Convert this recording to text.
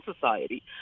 society